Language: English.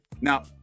now